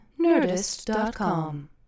Nerdist.com